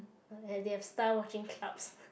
they have star watching clubs